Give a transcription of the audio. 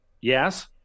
Yes